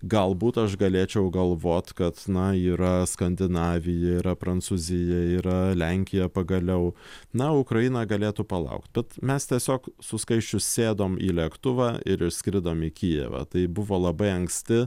galbūt aš galėčiau galvot kad na yra skandinavija yra prancūzija yra lenkija pagaliau na o ukraina galėtų palaukt bet mes tiesiog su skaisčiu sėdom į lėktuvą ir išskridom į kijevą tai buvo labai anksti